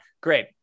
Great